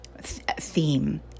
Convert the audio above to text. theme